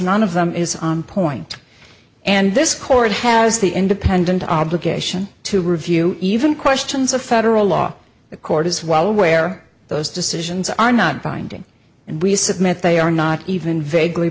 none of them is on point and this court has the independent obligation to review even questions of federal law the court is well aware those decisions are not binding and we submit they are not even vaguely